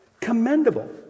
commendable